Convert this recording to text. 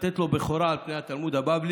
ולתת לו בכורה על פני התלמוד הבבלי,